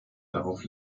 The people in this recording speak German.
darauf